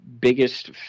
biggest